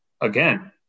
again